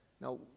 Now